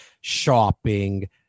shopping